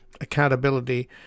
Accountability